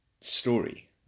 story